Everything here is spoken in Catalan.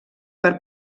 per